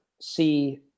see